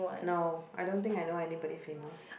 no I don't think I know anybody famous